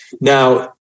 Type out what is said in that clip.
Now